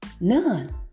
None